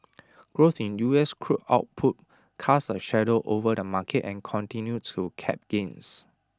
growth in U S crude output cast A shadow over the market and continued to cap gains